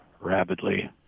rapidly